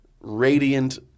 radiant-